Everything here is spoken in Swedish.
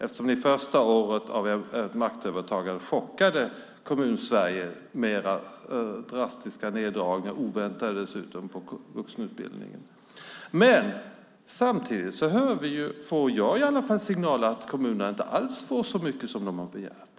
Första året efter ert maktövertagande chockade ni ju Kommunsverige med era drastiska och dessutom oväntade neddragningar inom vuxenutbildningen. Samtidigt får i alla fall jag signaler om att kommunerna inte alls får så mycket som de har begärt.